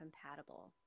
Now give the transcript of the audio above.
compatible